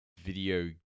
video